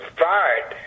fired